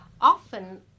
Often